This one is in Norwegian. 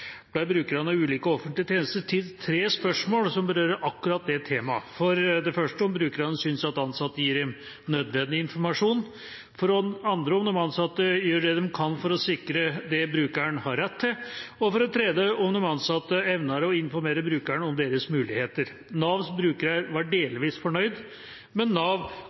brukerne av ulike offentlige tjenester stilt tre spørsmål som berører akkurat det temaet: For det første om brukerne synes at ansatte gir nødvendig informasjon, for det andre om ansatte gjør det de kan for å sikre det brukerne har rett til, og for det tredje om de ansatte evner å informere brukerne om deres muligheter. Navs brukere var delvis fornøyd, men Nav